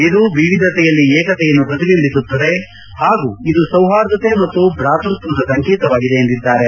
ಇದು ವಿವಿಧತೆಯಲ್ಲಿ ಏಕತೆಯನ್ನು ಪ್ರತಿಬಿಂಬಿಸುತ್ತದೆ ಹಾಗೂ ಇದು ಸೌಹಾರ್ದತೆ ಮತ್ತು ಬಾತ್ಪತ್ವದ ಸಂಕೇತವಾಗಿದೆ ಎಂದಿದ್ದಾರೆ